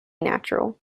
natural